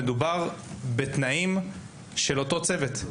מדובר בתנאי ההעסקה של אותו צוות.